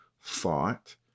thought